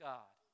God